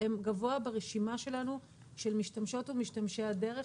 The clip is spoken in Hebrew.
גבוה ברשימה שלנו של משתמשות ומשתמשי הדרך,